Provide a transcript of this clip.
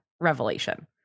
revelation